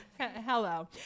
Hello